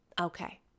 okay